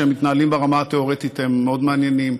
כשהם מתנהלים ברמה התיאורטית הם מאוד מעניינים,